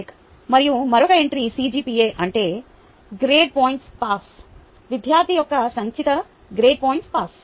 tech మరియు మరొక entry CGPA అంటే గ్రేడ్ పాయింట్ సగటు విద్యార్థి యొక్క సంచిత గ్రేడ్ పాయింట్ సగటు